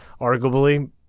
Arguably